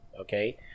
Okay